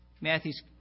Matthew's